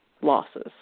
losses